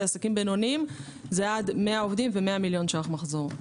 ועסקים בינוניים זה עד 100 עובדים ו-100 מיליון ₪ מחזור.